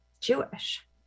Jewish